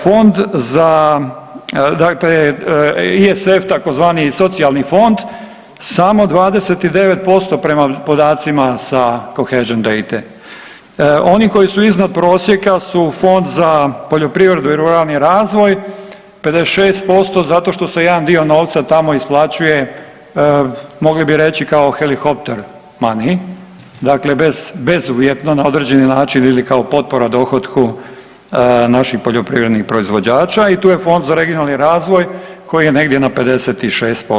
Fond za, dakle ISF tzv. socijalni fond samo 29% prema podacima sa … [[Govornik se ne razumije]] Oni koji su iznad prosjeka su Fond za poljoprivredu i ruralni razvoj 56% zato što se jedan dio novca tamo isplaćuje, mogli bi reći, kao helikopter mani, dakle bezuvjetno na određeni način ili kao potpora dohotku naših poljoprivrednih proizvođača i tu je Fond za regionalni razvoj koji je negdje na 56%